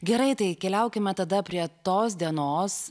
gerai tai keliaukime tada prie tos dienos